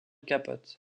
capote